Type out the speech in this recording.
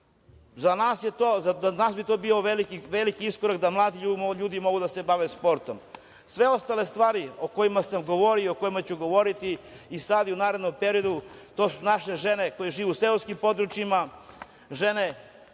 Za nas bi to bio veliki iskorak, da mladi ljudi mogu da se bave sportom. Sve ostale stvari o kojima sam govorio i o kojima ću govoriti i sada i u narednom periodu, to su naše žene koje žive u seoskim područjima, žene